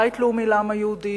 בית לאומי לעם היהודי,